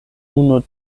unu